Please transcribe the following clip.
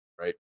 right